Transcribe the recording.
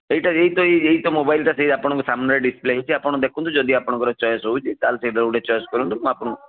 ଏଇଟା ଏଇ ତ ଏଇ ଏଇତ ମୋବାଇଲ୍ ଟା ସେଇ ଆପଣଙ୍କ ସାମ୍ନାରେ ଡିସ୍ପ୍ଲେ ହେଇଛୁ ଆପଣ ଦେଖନ୍ତୁ ଯଦି ଆପଣଙ୍କର ଚଏସ୍ ହେଉଛି ତାହେଲେ ସେଇଟା ଚଏସ୍ କରନ୍ତୁ ମୁଁ ଆପଣଙ୍କୁ